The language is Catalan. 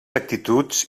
actituds